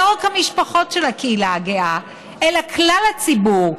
ולא רק המשפחות של הקהילה הגאה, אלא כלל הציבור,